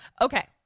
Okay